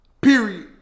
Period